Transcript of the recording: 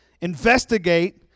investigate